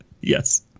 yes